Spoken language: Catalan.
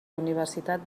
universitat